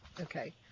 okay